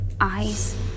eyes